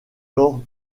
lors